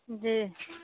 जी